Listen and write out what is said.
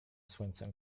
słońcem